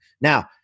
Now